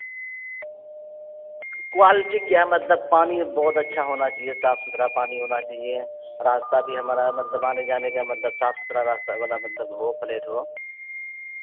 quality کیا مطلب پانی بہت اچھا ہونا چاہیے صاف ستھرا پانی ہونا چاہیے راستہ بھی ہمارا مطلب آنے جانے کا مطلب صاف ستھرا راستہ والا مطلب ہو پلیٹ ہو